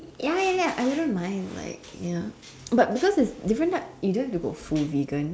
ya ya ya I wouldn't mind like ya but because it's different types you don't have to go full vegan